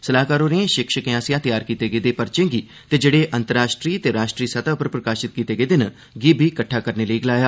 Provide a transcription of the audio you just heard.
सलाहकार होरें शिक्षकें आस्सेया त्यार कीते गेदे चर्चे गी ते जेड़े अंन्तर्राष्ट्रीय ते राष्ट्रीय स्तह उप्पर प्रकाशित कीते गेदे न गी बी किट्ठा करने लेई गलाया